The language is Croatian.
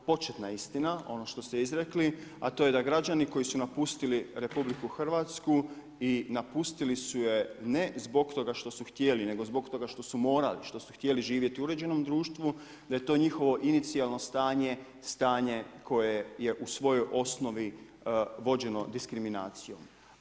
Rekao bi da je istina ono početna istina ono što ste izrekli, a to je da građani koji su napustili RH, napustili su je ne zbog toga što su htjeli, nego zbog toga što su morali, što su htjeli živjeti u uređenom društvu, da je to njihovo inicijalno stanje, stanje koje je u svojoj osnovi vođeno diskriminacijom.